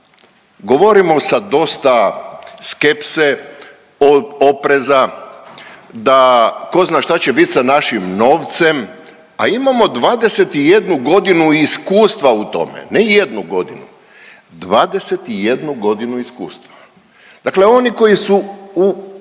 govorimo sa dosta skepse od opreza da ko zna šta će bit sa našim novcem, a imamo 21 godinu iskustva u tome, ne jednu godinu, 21 godinu iskustva. Dakle, oni koji su u